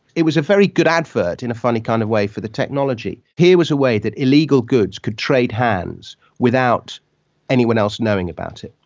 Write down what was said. it was a very good advert, in a funny kind of way, for the technology. here was a way that illegal goods could trade hands without anyone else knowing about it.